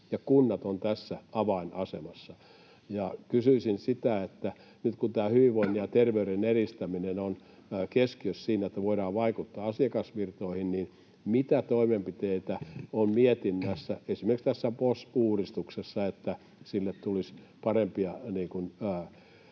kunnat ovat tässä avainasemassa, niin kysyisin sitä, että nyt kun tämä hyvinvoinnin ja terveyden edistäminen on keskiössä siinä, että voidaan vaikuttaa asiakasvirtoihin, niin mitä toimenpiteitä on mietinnässä esimerkiksi tässä VOS-uudistuksessa, että sille tulisi parempia kannusteita